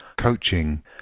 coaching